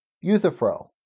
Euthyphro